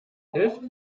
hilft